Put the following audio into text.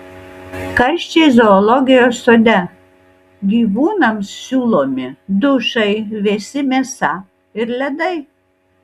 karščiai zoologijos sode gyvūnams siūlomi dušai vėsi mėsa ir ledai